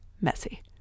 messy